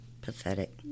pathetic